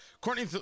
Courtney